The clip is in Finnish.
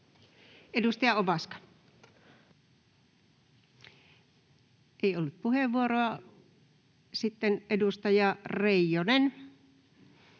Edustaja Ovaska. — Ei ollutkaan puheenvuoroa. — Sitten edustaja Reijonen.